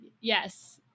Yes